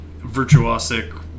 virtuosic